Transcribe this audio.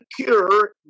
cure